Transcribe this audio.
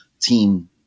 team